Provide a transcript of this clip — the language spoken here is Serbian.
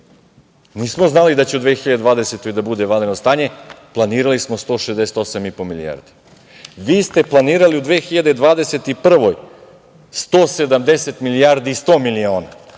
Nismo znali da će u 2020. godini da bude vanredno stanje, planirali smo 168,5 milijardi. Vi ste planirali u 2021. godini 170 milijardi i 100 miliona,